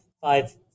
five